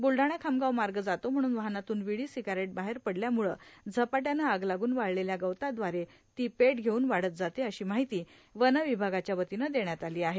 बुलढाणा खामगाव माग जातो म्हणून वाहनातून विडी सिगारेट बाहेर पडल्यामुळे झपाट्यानं आग लागुन वाळलेल्या गवतादवारे ती पेट घेव्न वाढत जाते अशी माहिती वन विभागाच्या वतीनं देण्यात आलो आहे